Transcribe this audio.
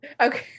okay